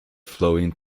flowing